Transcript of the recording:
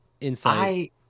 Insight